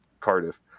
Cardiff